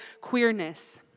queerness